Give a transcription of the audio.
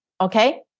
Okay